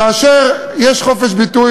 כאשר יש חופש ביטוי,